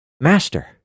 Master